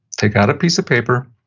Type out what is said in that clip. take out a piece of paper,